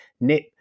Nip